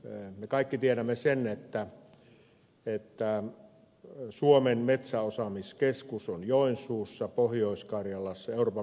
me kaikki tiedämme sen että suomen metsäosaamiskeskus on joensuussa pohjois karjalassa euroopan metsäinstituutti